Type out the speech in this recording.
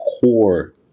core